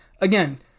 again